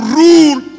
rule